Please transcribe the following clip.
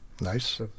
nice